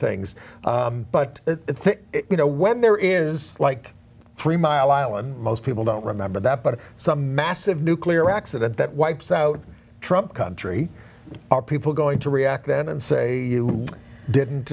things but you know when there is like three mile island most people don't remember that but some massive nuclear accident that wipes out trump country are people going to react then and say you didn't